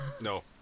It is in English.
No